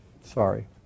sorry